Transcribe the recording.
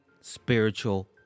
spiritual